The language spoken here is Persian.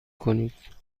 کنید